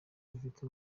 rufite